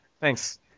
Thanks